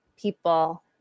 people